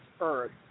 earth